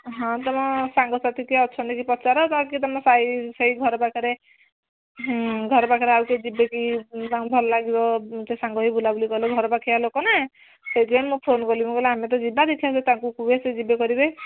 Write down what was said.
ହଁ ତମ ସାଙ୍ଗସାଥୀ କିଏ ଅଛନ୍ତିକି ପଚାର ତାକେ ତମ ସାଇ ସେଇ ଘର ପାଖରେ ହୁଁ ଘର ପାଖରେ ଆଉ କିଏ ଯିବେ କି ତାଙ୍କୁ ଭଲଲାଗିବ ସାଙ୍ଗ ହେଇକି ବୁଲାବୁଲି କଲେ ଘରପାଖିଆ ଲୋକ ନା ସେଇଥିପାଇଁ ମୁଁ ଫୋନ୍ କଲି ମୁଁ କହିଲି ଆମେ ତ ଯିବା ଦେଖିବା ମୁଁ ତାଙ୍କୁ କୁହେ ସିଏ ଯିବେ କରିବେ